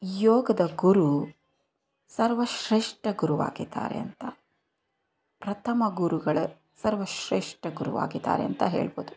ಯೋಗದ ಗುರು ಸರ್ವ ಶ್ರೇಷ್ಠ ಗುರು ಆಗಿದ್ದಾರೆ ಅಂತ ಪ್ರಥಮ ಗುರುಗಳೇ ಸರ್ವ ಶ್ರೇಷ್ಠ ಗುರು ಆಗಿದ್ದಾರೆ ಅಂತ ಹೇಳಬಹುದು